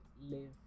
live